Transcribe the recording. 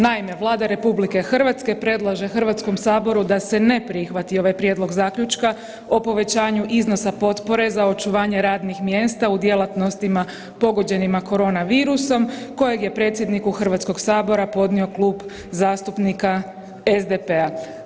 Naime, Vlada RH predlaže Hrvatskom saboru da se ne prihvati ovaj Prijedlog zaključka o povećanju iznosa potpore za očuvanje radnih mjesta u djelatnostima pogođenima korona virusom kojeg je predsjedniku Hrvatskog sabora podnio Klub zastupnika SDP-a.